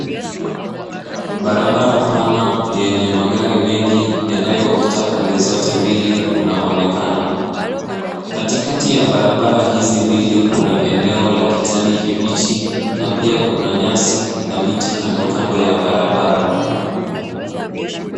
Barabara pana yenye magari mengi yanayopita pande zote mbili yanaonekana. Katikati ya barabara hizi mbili kuna eneo la kijani kibichi na pia kuna nyasi na miti kandokando ya barabara.